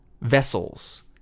vessels